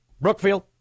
Brookfield